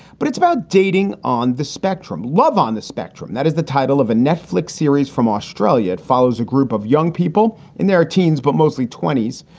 but it's about dating on the spectrum, love on the spectrum. that is the title of a netflix series from australia. it follows a group of young people in their teens, but mostly twenty s,